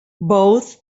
both